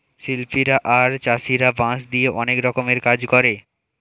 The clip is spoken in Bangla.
শিল্পীরা আর চাষীরা বাঁশ দিয়ে অনেক রকমের কাজ করে